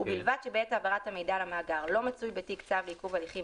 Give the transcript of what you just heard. ובלבד שבעת העברת המידע למאגר לא מצוי בתיק צו לעיכוב הליכים